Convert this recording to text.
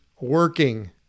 working